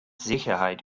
sicherheit